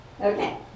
Okay